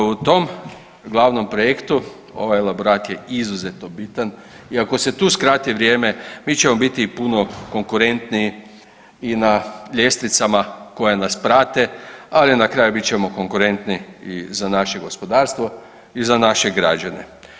U tom glavnom projektu ovaj elaborat je izuzetno bitan i ako se tu skrati vrijeme mi ćemo biti puno konkurentniji i na ljestvicama koje nas prate, ali na kraju bit ćemo konkurenti i za naše gospodarstvo i za naše građane.